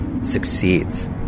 succeeds